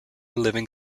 living